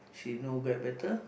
she know a bit better